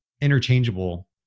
interchangeable